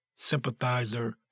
Sympathizer